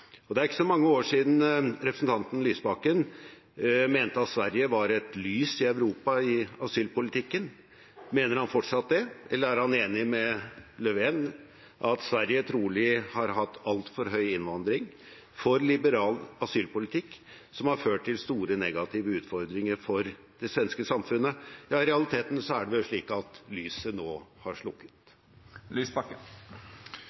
Det er ikke så mange år siden representanten Lysbakken mente at Sverige var et lys i Europa i asylpolitikken. Mener han fortsatt det, eller er han enig med Löfven i at Sverige trolig har hatt altfor høy innvandring og for liberal asylpolitikk, noe som har ført til store negative utfordringer for det svenske samfunnet? I realiteten er det vel slik at lyset nå har